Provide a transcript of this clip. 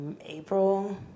april